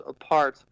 apart